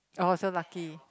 oh so lucky